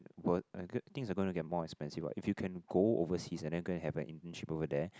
worth and good things are gonna get more expensive what if you can go overseas and then go and have an internship over there